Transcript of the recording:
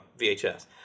VHS